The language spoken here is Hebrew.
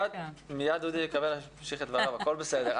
מיד דודי יקבל להמשיך את דבריו, הכול בסדר.